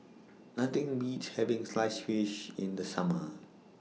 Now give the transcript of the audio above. Nothing Beats having Sliced Fish in The Summer